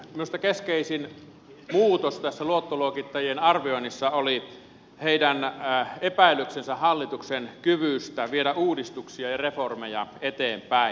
minusta keskeisin muutos tässä luottoluokittajien arvioinnissa oli heidän epäilyksensä hallituksen kyvystä viedä uudistuksia ja reformeja eteenpäin